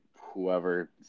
whoever